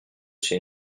c’est